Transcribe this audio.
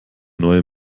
neue